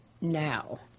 now